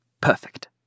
Perfect